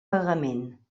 pagament